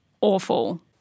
awful